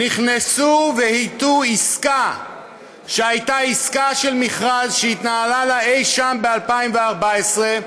נכנסו והטו עסקה שהייתה עסקה של מכרז שהתנהלה לה אי-שם ב-2014,